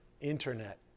internet